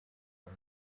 den